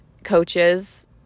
coaches